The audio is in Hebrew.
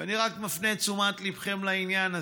ואני רק מפנה את תשומת ליבכם לעניין הזה,